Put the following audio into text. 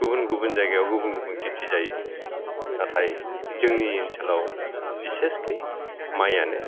गुबुन गुबुन जायगायाव गुबुन गुबुन खेथि जायो नाथाय जोंनि ओनसोलाव बिसेसखै माइआनो